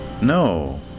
No